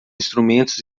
instrumentos